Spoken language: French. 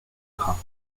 trains